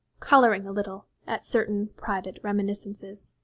colouring a little at certain private reminiscences.